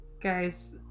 guys